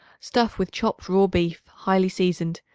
stuff with chopped raw beef highly seasoned,